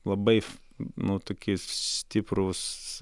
labai nu tokį stiprūs